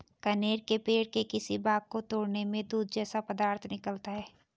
कनेर के पेड़ के किसी भाग को तोड़ने में दूध जैसा पदार्थ निकलता है